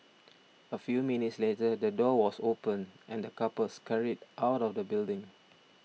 a few minutes later the door was opened and the couple scurried out of the building